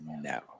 No